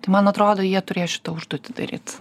tai man atrodo jie turės šitą užduotį daryt